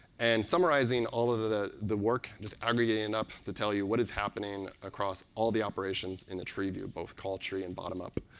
and summarizing all of the the work, just aggregating and up to tell you what is happening across all the operations in the treeview both call tree and bottom up.